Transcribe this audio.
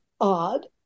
odd